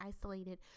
isolated